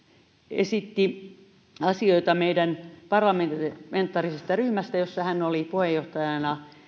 esitti asioita meidän parlamentaarisesta ryhmästä jossa hän oli puheenjohtajana